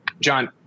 John